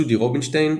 ג׳ודי רובינשטיין,